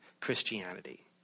Christianity